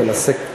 מנסה,